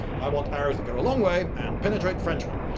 i want arrows that go a long way and penetrate frenchmen.